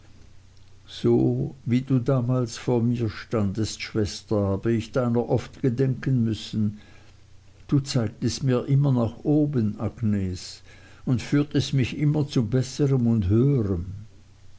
so wie du damals vor mir standest schwester habe ich deiner oft gedenken müssen du zeigtest mir immer nach oben agnes und führtest mich zu immer besserem und höherem